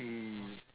mm